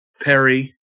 Perry